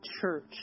church